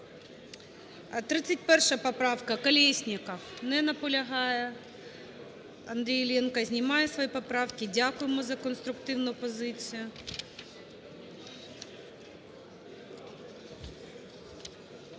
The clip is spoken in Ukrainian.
31 поправка, Колєсніков. Не наполягає. Андрій Іллєнко, знімає свої поправки. Дякуємо за конструктивну позицію.